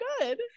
good